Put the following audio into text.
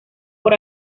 por